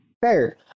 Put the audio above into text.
Fair